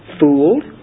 fooled